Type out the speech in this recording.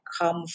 come